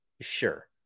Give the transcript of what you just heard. Sure